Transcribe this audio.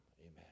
Amen